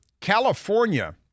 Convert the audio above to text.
California